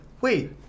wait